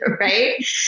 right